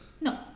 No